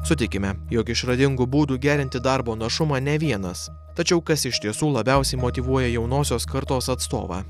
sutikime jog išradingų būdų gerinti darbo našumą ne vienas tačiau kas iš tiesų labiausiai motyvuoja jaunosios kartos atstovą